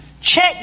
check